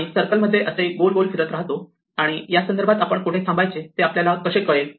आणि सर्कल मध्ये असे गोल गोल फिरत रहातो आणि या प्रश्नासंदर्भात आपण कुठे थांबायचे ते आपल्याला कसे कळेल